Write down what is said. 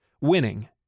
Winning